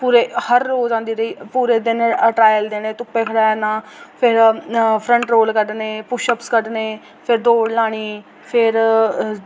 पूरे हर रोज़ आंदी रेही पूरे दिन ट्रॉयल देने धुप्पै खलेरना फिर फ्रंट रोल कड्ढने पुश अप कड्ढने फिर दौड़ लानी फिर